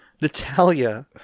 Natalia